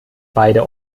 beide